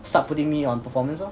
start putting me on performance lor